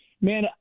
Man